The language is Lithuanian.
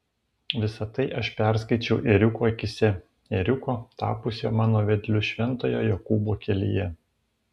visa tai aš perskaičiau ėriuko akyse ėriuko tapusio mano vedliu šventojo jokūbo kelyje